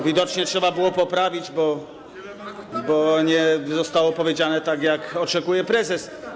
Widocznie trzeba było to poprawić, bo nie zostało powiedziane tak, jak oczekuje prezes.